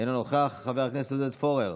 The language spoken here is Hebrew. אינו נוכח, חבר הכנסת עודד פורר,